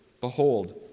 Behold